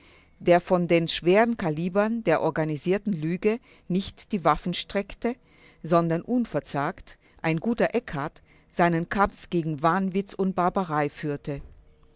der vor den schweren kalibern der organisierten lüge nicht die waffen streckte sondern unverzagt ein guter eckart seinen kampf gegen wahnwitz und barbarei führte